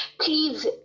please